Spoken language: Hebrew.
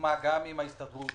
שהוקמה גם עם ההסתדרות,